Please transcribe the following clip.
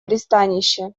пристанище